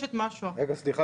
סליחה,